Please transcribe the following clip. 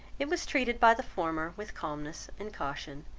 it was treated by the former with calmness and caution,